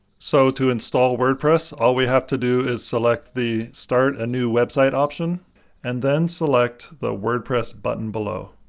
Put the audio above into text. so to install wordpress, all we have to do is select the, start a new website option and then select the wordpress button below.